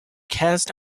cast